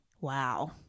Wow